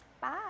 bye